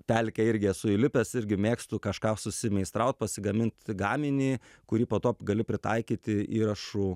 pelkę irgi esu įlipęs irgi mėgstu kažką susimeistraut pasigamint gaminį kurį po to gali pritaikyti įrašų